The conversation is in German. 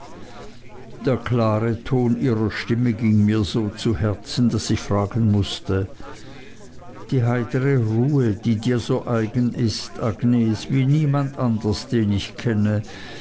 der klare ton ihrer stimme ging mir so zu herzen daß ich fragen mußte die heitere ruhe die dir so eigen ist agnes wie niemand anders den ich kenne